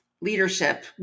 leadership